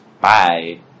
Bye